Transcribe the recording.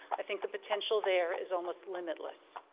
i think the potential there is almost limitless.